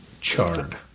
chard